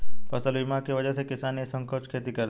फसल बीमा की वजह से किसान निःसंकोच खेती करते हैं